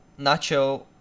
Nacho